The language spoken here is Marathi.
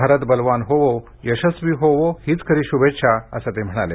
भारत बलवान होवो यशस्वी होवो हीच खरी शुभेच्छा असं ते म्हणाले